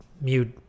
mute